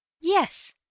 Yes